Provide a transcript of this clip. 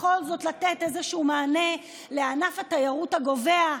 בכל זאת לתת איזשהו מענה לענף התיירות הגווע,